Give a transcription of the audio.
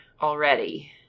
already